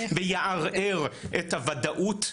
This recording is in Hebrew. ויערער את הוודאות,